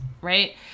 Right